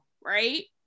right